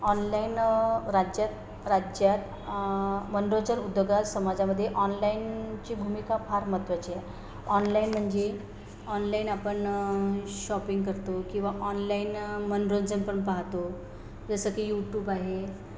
online राज्यात राज्यात मनोरंजन उद्योगात समाजामध्ये ऑनलाईनची भूमिका फार महत्त्वाची आहे ऑनलाईन म्हणजे ऑनलाईन आपण शॉपिंग करतो किंवा ऑनलाईन मनोरंजन पण पाहतो जसं की यूटूब आहे